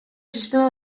sistema